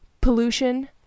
pollution